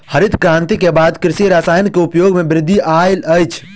हरित क्रांति के बाद कृषि रसायन के उपयोग मे वृद्धि आयल अछि